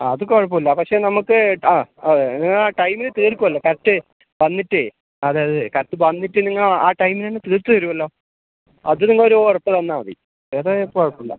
ആ അത് കുഴപ്പമില്ല പക്ഷേ നമ്മൾക്ക് ആ നിങ്ങൾ ടൈമിന് തീർക്കുമല്ലോ കറക്റ്റ് വന്നിട്ട് അതായത് കറക്റ്റ് വന്നിട്ട് നിങ്ങൾ ആ ടൈമിന് തന്നെ തീർത്ത് തരുമല്ലോ അത് നിങ്ങൾ ഒരു ഉറപ്പ് തന്നാൽ മതി വേറെ കുഴപ്പമില്ല